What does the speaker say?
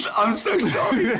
i'm so sorry.